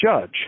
judge